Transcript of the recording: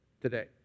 today